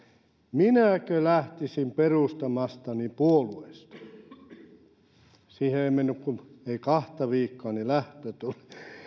minäkö lähtisin perustamastani puolueesta siihen ei mennyt kahta viikkoa niin lähtö tuli